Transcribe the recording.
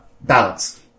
balance